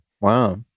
Wow